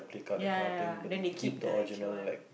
ya ya ya then they keep the actual one